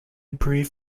breathe